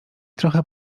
trochę